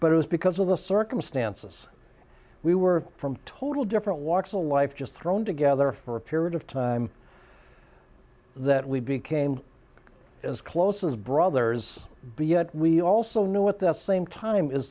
but it was because of the circumstances we were from total different walks of life just thrown together for a period of time that we became as close as brothers be yet we also know what that same time is